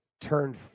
turned